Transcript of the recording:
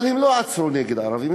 אבל הם לא עצרו נגד ערבים,